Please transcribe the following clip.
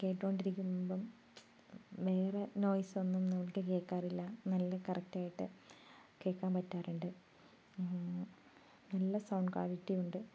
കേട്ടുകൊണ്ട് ഇരിക്കുമ്പം വേറെ നോയ്സൊന്നും നമുക്ക് കേൾക്കാറില്ല നല്ല കറക്ടായിട്ട് കേൾക്കാൻ പറ്റാറുണ്ട് നല്ല സൗണ്ട് ക്വാളിറ്റി ഉണ്ട്